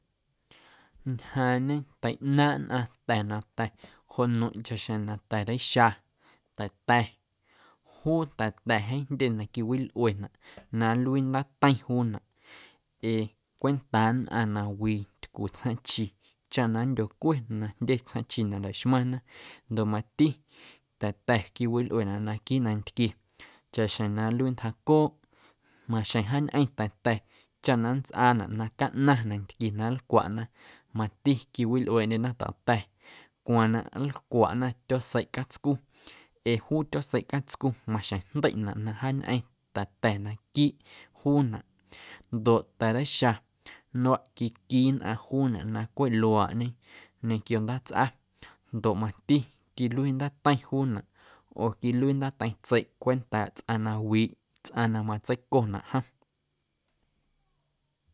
Ñjaaⁿñe taꞌnaaⁿꞌ nnꞌaⁿ ta̱ na ta̱ joꞌ nmeiⁿꞌ chaꞌxjeⁿ na ta̱reixa, ta̱ta̱, juu ta̱ta̱ jeeⁿ jndye na quiwilꞌuenaꞌ na nluii ndaateiⁿ juunaꞌ ee cwentaa nnꞌaⁿ na wii tycu tsjaaⁿꞌchi chaꞌ na nndyocwenaꞌ na jndye tsjaaⁿꞌchi na laxmaⁿna ndoꞌ mati ta̱ta̱ quiwilꞌuenaꞌ naquiiꞌ nantquie chaꞌxjeⁿ na nluii ntjaaꞌcooꞌ maxjeⁿ jaañꞌeⁿ ta̱ta̱ chaꞌ na nntsꞌaanaꞌ na caꞌnaⁿ nantquie na nlcwaꞌna mati quiwilꞌueeꞌndyena ta̱ta̱ cwaaⁿ na nlcwaꞌna tyooꞌseiꞌ catscu ee juu tyoseiꞌ catscu maxjeⁿ jndeiꞌna na wjaañꞌeⁿ ta̱ta̱ naquiiꞌ juunaꞌ ndoꞌ ta̱reixa luaꞌ quitquii nnꞌaⁿ juunaꞌ na cweꞌ luaaꞌñe ñequio ndaatsꞌa ndoꞌ mati quiluii ndaateiⁿ juunaꞌ oo quiluii ndaateiⁿ tseiꞌ cwentaaꞌ tsꞌaⁿ wiiꞌ, tsꞌaⁿ na matseiconaꞌ jom.